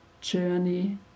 journey